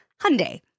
Hyundai